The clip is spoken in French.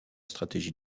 stratégie